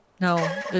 no